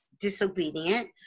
disobedient